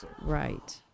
right